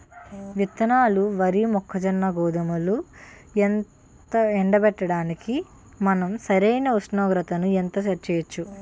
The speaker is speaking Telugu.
విత్తనాలు వరి, మొక్కజొన్న, గోధుమలు ఎండబెట్టడానికి మనం సరైన ఉష్ణోగ్రతను ఎంత సెట్ చేయవచ్చు?